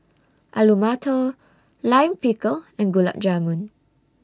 Alu Matar Lime Pickle and Gulab Jamun